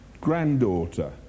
granddaughter